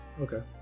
Okay